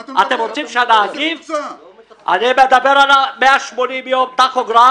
אני מדבר על 180 יום הטכוגרף.